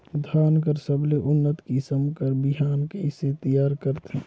धान कर सबले उन्नत किसम कर बिहान कइसे तियार करथे?